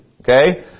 Okay